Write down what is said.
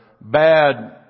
bad